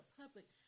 public